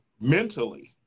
mentally